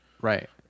Right